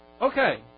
Okay